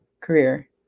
career